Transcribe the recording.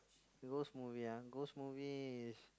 ghost movie ah ghost movie is